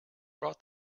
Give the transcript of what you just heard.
brought